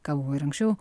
gal buvo ir anksčiau